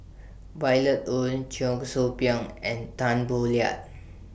Violet Oon Cheong Soo Pieng and Tan Boo Liat